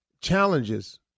challenges